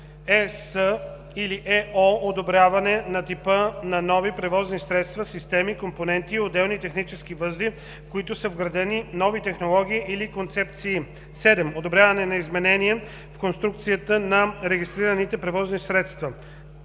ЕС или ЕО одобряване на типа на нови превозни средства, системи, компоненти и отделни технически възли, в които са вградени нови технологии или концепции; 7. одобряване на изменение в конструкцията на регистрираните превозни средства.“